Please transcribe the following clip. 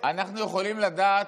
אנחנו יכולים לדעת,